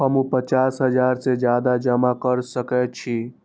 हमू पचास हजार से ज्यादा जमा कर सके छी?